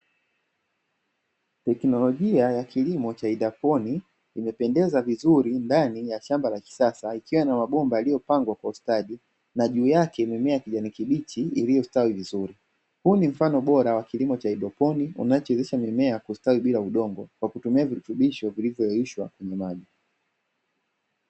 Teknolojia ya kilimo cha haidroponi imependeza vizuri ndani ya shamba la kisasa, ikiwa na mabomba yaliyopangwa kwa ustadi na juu yake mimea kijani kibichi iliyostawi vizuri, huu ni mfano bora wa kilimo cha haidroponi unachowezesha mimea kustawi bila udongo kwa kutumia virutubisho vilivyoyeyushwa kwenye maji.